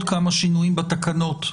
גנים ועוד עשרות כיתות שנמצאים בבידוד,